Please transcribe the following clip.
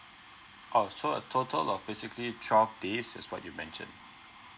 oh so a total of basically twelve days is what you mention